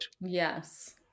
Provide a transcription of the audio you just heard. Yes